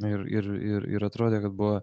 ir ir ir ir atrodė kad buvo